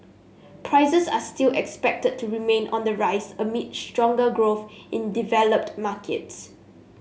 prices are still expected to remain on the rise amid stronger growth in developed markets